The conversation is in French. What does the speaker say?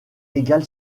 égal